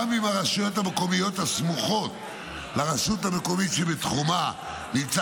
אם הרשויות המקומיות הסמוכות לרשות המקומית שבתחומה נמצא